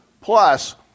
plus